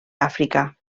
àfrica